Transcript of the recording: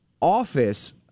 office